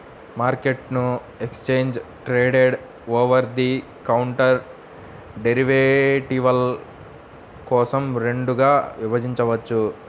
మార్కెట్ను exchange traded, over the counter డెరివేటివ్ల కోసం రెండుగా విభజించవచ్చు